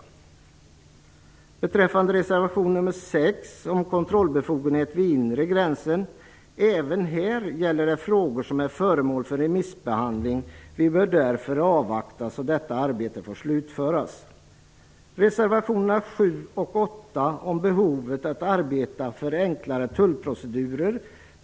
Även beträffande reservation 6, om kontrollbefogenheter vid inre gräns, gäller det frågor som är föremål för remissbehandling. Vi bör därför avvakta, så att detta arbete får slutföras. Reservationerna 7 och 8 handlar om behovet att arbeta för enklare tullprocedurer.